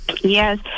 Yes